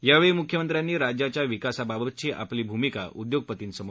यावेळी म्ख्यमंत्र्यांनी राज्याच्या विकासाबाबतची आपली भूमिका उदयोगपतींसमोर मांडली